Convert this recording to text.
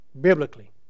Biblically